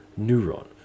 neuron